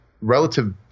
relative